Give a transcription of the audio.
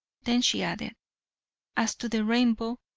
then she added as to the rainbow,